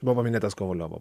buvo paminėtas kovaliovo